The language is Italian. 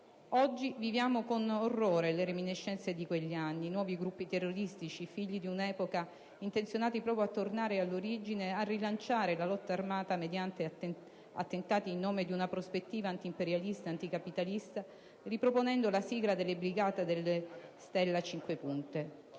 Oggi viviamo con orrore le reminescenze di quegli anni: nuovi gruppi terroristici, figli di quell'epoca, intenzionati proprio a tornare alle origini, a rilanciare la lotta armata mediante attentati in nome di una prospettiva antimperialista e anticapitalista, riproponendo la sigla delle Brigate della stella a cinque punte.